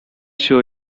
show